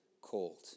called